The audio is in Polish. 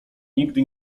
nigdy